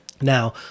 Now